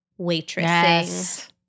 Waitressing